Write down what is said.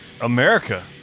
America